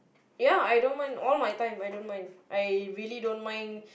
ya I don't mind all my time I don't mind I really don't mind